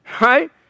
Right